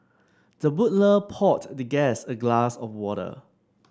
the butler poured the guest a glass of water